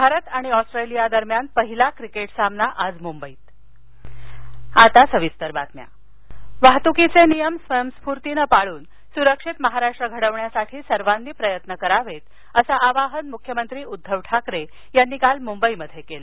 भारत आणि ऑस्ट्रेलिया दरम्यान पहिला क्रिकेट सामना आज मुंबईत रस्ता सरक्षा साप्ताह वाहतुकीचे नियम स्वयंस्फूर्तीने पाळून सुरक्षित महाराष्ट्र घडवण्यासाठी सर्वांनी प्रयत्न करावेत असं आवाहन मुख्यमंत्री उद्धव ठाकरे यांनी काल मुंबईत केलं